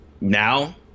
now